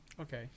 okay